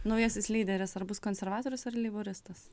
naujasis lyderis ar bus konservatorius ar leiboristas